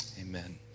Amen